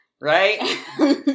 right